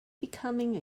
becoming